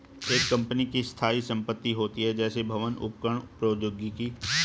एक कंपनी की स्थायी संपत्ति होती हैं, जैसे भवन, उपकरण और प्रौद्योगिकी